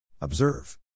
Observe